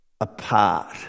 apart